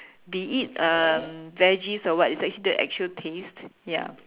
we eat um veggies or what is actually the actual taste ya